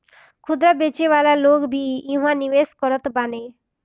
खुदरा बेचे वाला लोग भी इहवा निवेश करत बाने